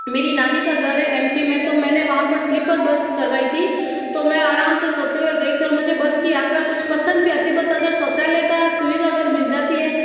मेरी नानी का घर है एम पी में तो मैंने वहाँ पर स्लीपर बस करवाई थी तो मैं आराम से सोते हुए गई थी और मुझे बस की यात्रा कुछ पसंद भी आती बस अगर शौचालय का सुविधा अगर मिल जाती है